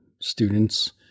students